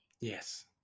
Yes